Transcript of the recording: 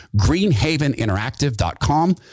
greenhaveninteractive.com